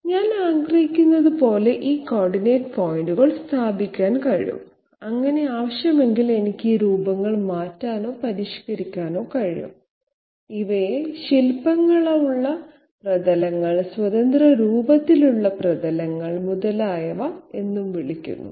ഞാൻ ആഗ്രഹിക്കുന്നതുപോലെ ഈ കോർഡിനേറ്റ് പോയിന്റുകൾ സ്ഥാപിക്കാൻ കഴിയും അങ്ങനെ ആവശ്യമെങ്കിൽ എനിക്ക് ഈ രൂപങ്ങൾ മാറ്റാനോ പരിഷ്കരിക്കാനോ കഴിയും ഇവയെ ശിൽപങ്ങളുള്ള പ്രതലങ്ങൾ സ്വതന്ത്ര രൂപത്തിലുള്ള പ്രതലങ്ങൾ മുതലായവ എന്നും വിളിക്കുന്നു